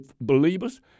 believers